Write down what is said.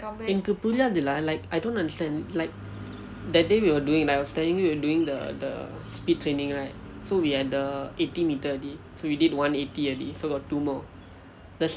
எனக்கு புரியாது:enakku puriyaathu lah like I don't understand like that day we were doing like I was telling you we were doing the the speed training right so we had the eighty metre already so we did one eighty already so got two more